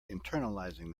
internalizing